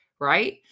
right